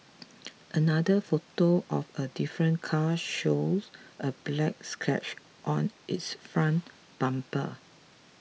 another photo of a different car shows a black scratch on its front bumper